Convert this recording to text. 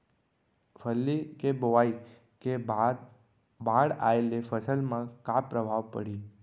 फल्ली के बोआई के बाद बाढ़ आये ले फसल मा का प्रभाव पड़ही?